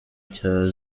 cya